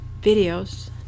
videos